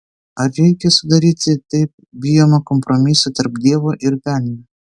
ar reikia sudaryti taip bijomą kompromisą tarp dievo ir velnio